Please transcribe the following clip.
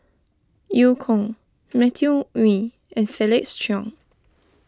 Eu Kong Matthew Ngui and Felix Cheong